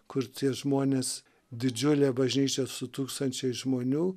kur tie žmonės didžiulė bažnyčia su tūkstančiais žmonių